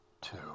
two